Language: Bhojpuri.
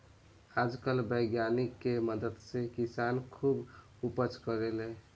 आजकल वैज्ञानिक के मदद से किसान खुब उपज करेले